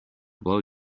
blow